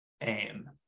aim